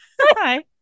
Hi